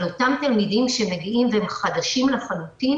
אבל אותם תלמידים שמגיעים והם חדשים לחלוטין